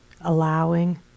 allowing